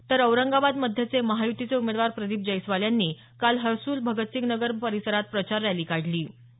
तर औरंगाबाद मध्यचे महायुतीचे उमेदवार प्रदीप जैस्वाल यांनी काल हर्सुल भगतसिंग नगर परिसरात प्रचार रॅली काढली होती